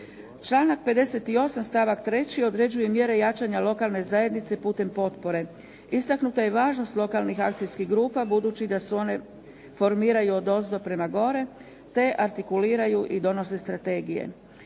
Članak 58. stavak 3. određuje mjere jačanja lokalne zajednice putem potpore. Istaknuta je važnost lokalnih akcijskih grupa budući da se one formiraju odozdo prema gore, te artikuliraju i donose strategije.